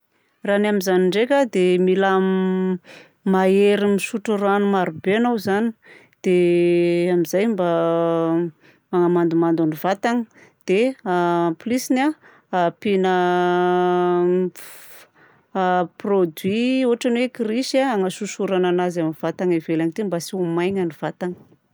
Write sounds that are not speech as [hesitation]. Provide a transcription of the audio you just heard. Raha ny amin'izany ndraika dia mila m [hesitation] mahery misotro rano marobe anao izany, dia [hesitation] amin'izay mba [hesitation] hahamandomando ny vatana dia en plus-ny a ampiana a [hesitation] produit ohatra hoe chris a hanasosorana agnazy amin'ny vatagna ivelany aty mba tsy ho maina ny vatana.